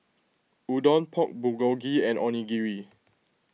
Udon Pork Bulgogi and Onigiri